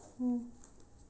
mm